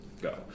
go